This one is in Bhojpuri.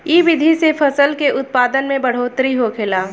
इ विधि से फसल के उत्पादन में बढ़ोतरी होखेला